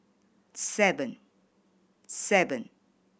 seven